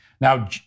Now